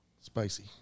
Spicy